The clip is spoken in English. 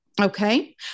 Okay